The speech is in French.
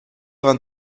vingt